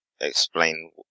explain